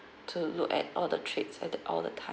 to look at all the trades at uh all the time